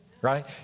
right